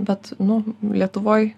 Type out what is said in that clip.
bet nu lietuvoj